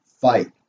fight